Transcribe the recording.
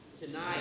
Tonight